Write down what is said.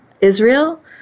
Israel